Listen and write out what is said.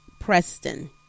Preston